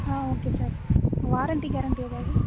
ஆ okay sir warranty guarantee ஏதாவது